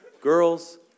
girls